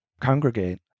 congregate